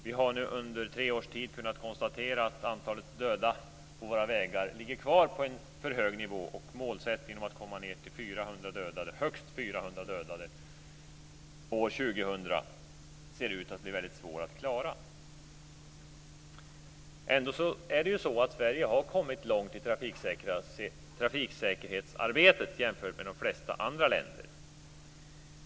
Vi har nu under tre års tid kunnat konstatera att antalet döda på våra vägar ligger kvar på en för hög nivå, och målsättningen att komma ned till högst 400 dödade år 2000 ser ut att bli mycket svår att klara. Ändå har Sverige kommit långt i trafiksäkerhetsarbetet jämfört med de flesta andra länder.